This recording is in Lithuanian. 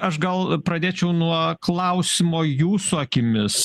aš gal pradėčiau nuo klausimo jūsų akimis